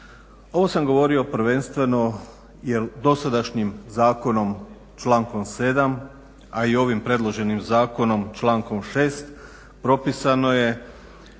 Ovo sam govorio prvenstveno jer dosadašnjim zakonom, člankom 7., a i ovim predloženim zakonom člankom 6. propisano je